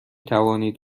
توانید